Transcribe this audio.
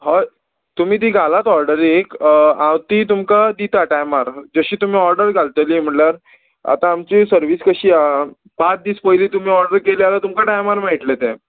हय तुमी ती घालात ऑर्डरीक हांव ती तुमकां दिता टायमार जशी तुमी ऑर्डर घालतली म्हणल्यार आतां आमची सर्वीस कशी आहा पांच दीस पयली तुमी ऑर्डर केली जाल्यार तुमकां टायमार मेळटले ते